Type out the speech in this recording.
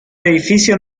edificio